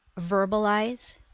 verbalize